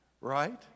right